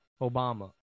Obama